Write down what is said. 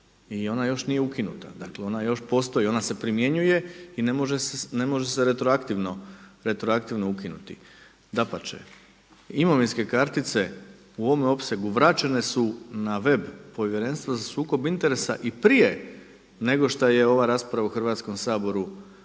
i ona još nije ukinuta. Dakle ona još postoji, ona se primjenjuje i ne može se retroaktivno ukinuti, dapače. Imovinske kartice u ovome opsegu vraćene su na web povjerenstva za sukob interesa i prije nego šta je ova rasprava u Hrvatskom saboru